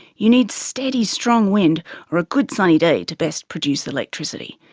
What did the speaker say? you need steady, strong wind or a good sunny day to best produce electricity,